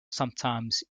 sometimes